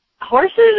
horses